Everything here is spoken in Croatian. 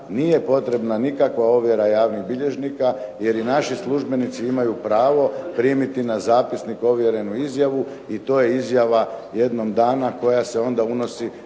Nije potrebna nikakva ovjera javnih bilježnika jer i naši službenici imaju pravo primiti na zapisnik ovjerenu izjavu i to je izjava jednom dana koja se onda unosi